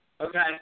okay